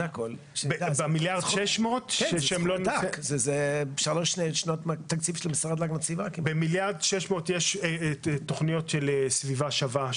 במיליארד 600 יש תכניות של סביבה שווה,